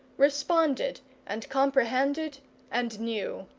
responded and comprehended and knew.